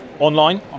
online